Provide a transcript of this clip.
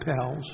pals